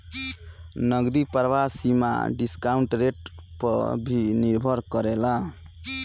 नगदी प्रवाह सीमा डिस्काउंट रेट पअ भी निर्भर करेला